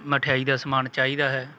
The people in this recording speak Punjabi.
ਮਠਿਆਈ ਦਾ ਸਮਾਨ ਚਾਹੀਦਾ ਹੈ